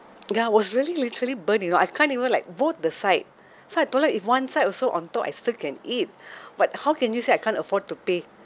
ya I was really literally burned you know I can't even like both the side so I told her if one side also on top I still can eat but how can you say I can't afford to pay